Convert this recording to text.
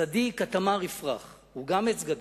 "צדיק כתמר יפרח" הוא גם עץ גדול,